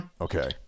Okay